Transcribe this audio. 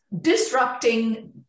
disrupting